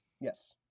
Yes